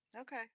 Okay